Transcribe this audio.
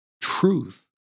truth